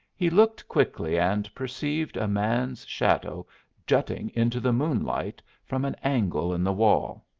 he looked quickly and perceived a man's shadow jutting into the moonlight from an angle in the wall.